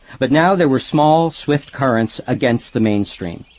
but now there were small swift currents against the mainstream.